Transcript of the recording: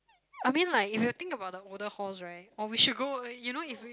uh I mean like if you think about the older halls right or we should go uh you know if we